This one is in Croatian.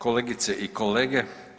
Kolegice i kolege.